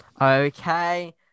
okay